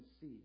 see